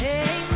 Hey